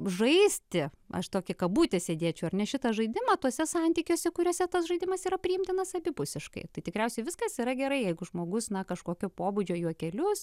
žaisti aš tokį kabutėse dėčiau ar ne šitą žaidimą tuose santykiuose kuriuose tas žaidimas yra priimtinas abipusiškai tai tikriausiai viskas yra gerai jeigu žmogus na kažkokio pobūdžio juokelius